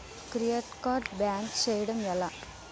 Credit card block చేయడం ఎలా?